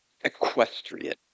equestrian